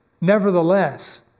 Nevertheless